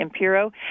Impero